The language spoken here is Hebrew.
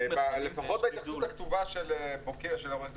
לפחות בהתייחסות הכתובה של עורך-דין